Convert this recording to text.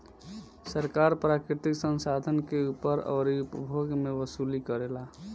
सरकार प्राकृतिक संसाधन के ऊपर अउरी उपभोग मे वसूली करेला